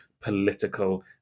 political